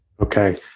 Okay